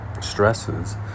stresses